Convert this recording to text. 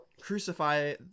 crucify